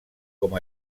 com